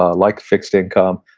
ah like fixed income,